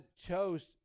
chose